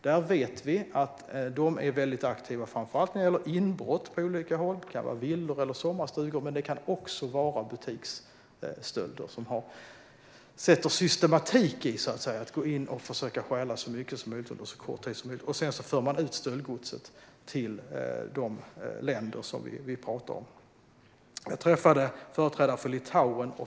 Vi vet att de är väldigt aktiva framför allt när det gäller inbrott på olika håll, till exempel i villor eller sommarstugor. Det kan också handla om systematiska butiksstölder, det vill säga man går in och försöker stjäla så mycket som möjligt på så kort tid som möjligt, och sedan för man ut stöldgodset till de länder som vi pratar om.